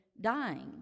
dying